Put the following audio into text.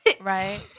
Right